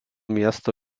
miesto